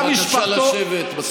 בבקשה לשבת.